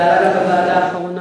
זה עלה גם בוועדה האחרונה.